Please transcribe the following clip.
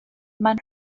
maen